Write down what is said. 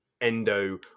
endo